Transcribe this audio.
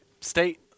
State